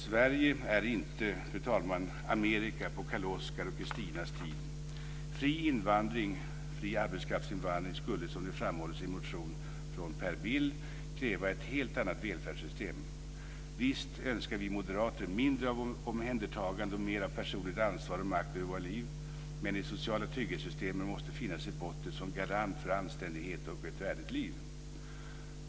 Sverige är inte Amerika på Karl Oskars och Kristinas tid. Fri arbetskraftsinvandring skulle, som framhålls i en motion från Per Bill, kräva ett helt annat välfärdssystem. Visst önskar vi moderater mindre av omhändertagande och mer av personligt ansvar och makt över våra liv, men de sociala trygghetssystemen måste finnas i botten som en garanti för anständighet och ett värdigt liv.